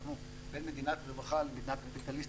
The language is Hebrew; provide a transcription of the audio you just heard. בין מדינת רווחה למדינה קפיטליסטית,